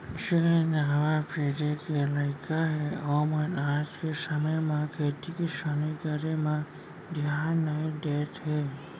जेन नावा पीढ़ी के लइका हें ओमन आज के समे म खेती किसानी करे म धियान नइ देत हें